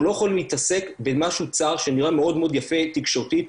אנחנו לא יכולים להתעסק במשהו צר שנראה מאוד יפה תקשורתית,